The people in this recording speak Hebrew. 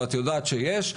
ואת יודעת שיש,